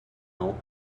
pont